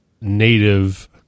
native